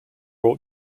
ought